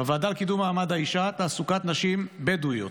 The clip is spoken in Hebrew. בוועדה לקידום מעמד האישה, תעסוקת נשים בדואיות,